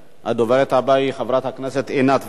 הדוברת הבאה היא חברת הכנסת עינת וילף,